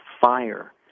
fire